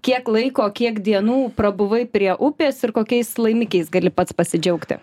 kiek laiko kiek dienų prabuvai prie upės ir kokiais laimikiais gali pats pasidžiaugti